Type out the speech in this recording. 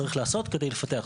מה בעצם צריך לעשות כדי לפתח.